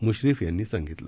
मुश्रीफ यांनी सांगितले